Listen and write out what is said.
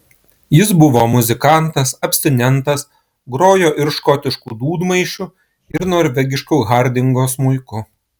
jis buvo muzikantas abstinentas grojo ir škotišku dūdmaišiu ir norvegišku hardingo smuiku